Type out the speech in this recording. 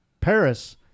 Paris